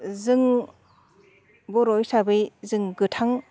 जों बर' हिसाबै जों गोथां